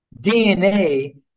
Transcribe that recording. DNA